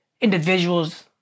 individuals